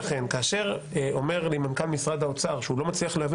כאשר אומר לי מנכ"ל משרד האוצר שהוא לא מצליח להבין